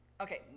Okay